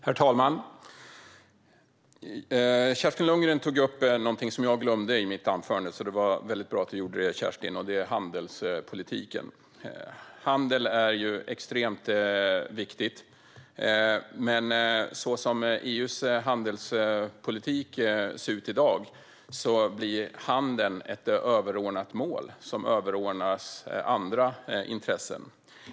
Herr talman! Kerstin Lundgren tog upp en sak som jag glömde att ta upp i mitt anförande, nämligen handelspolitiken. Det var bra att hon tog upp den. Handeln är extremt viktig. Men som EU:s handelspolitik ser ut i dag blir handeln ett överordnat mål, och det överordnas andra intressen.